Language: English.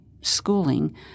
schooling